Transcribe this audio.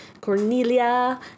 Cornelia